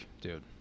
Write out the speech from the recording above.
dude